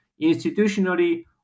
institutionally